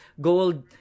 gold